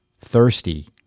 thirsty